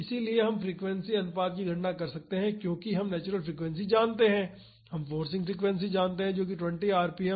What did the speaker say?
इसलिए हम फ्रीक्वेंसी अनुपात की गणना कर सकते हैं क्योंकि हम नेचुरल फ्रीक्वेंसी जानते हैं हम फोर्सिंग फ्रीक्वेंसी को जानते हैं जो 20 आरपीएम